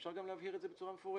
אפשר גם להבהיר את זה בצורה מפורשת